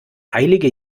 heilige